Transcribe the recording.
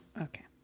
Okay